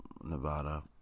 Nevada